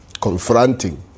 confronting